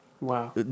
Wow